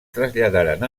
traslladaren